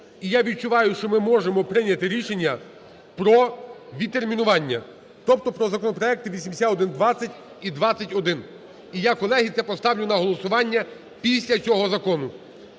і я відчуваю, що ми можемо прийняти рішення про відтермінування, тобто про законопроекти 8120 і 8120-1. І я, колеги, це поставлю на голосування після цього закону.